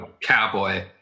cowboy